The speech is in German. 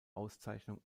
auszeichnung